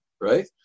right